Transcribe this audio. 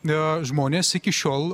žmonės iki šiol